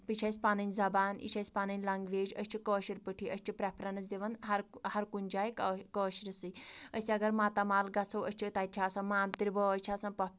یہِ چھِ اَسہِ پَنٕنۍ زَبان یہِ چھِ اَسہِ پَنٕنۍ لنگوینج أسۍ چھِ کٲشِر پٲٹھی أسۍ چھِ پریفرَنٔس دِوان ہَر کُنہِ ہر کُنہِ جایہِ کٲشرِسٕے أسۍ اَگر ماتامال گژھو أسۍ چھِ تَتہِ چھِ آسان مامتٕر بٲے چھِ آسان پۅپھ